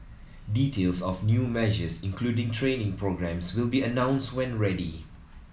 details of new measures including training programmes will be announced when ready